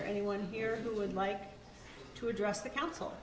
or anyone here would like to address the council